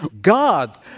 God